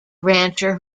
rancher